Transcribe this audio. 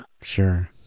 Sure